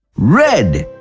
red,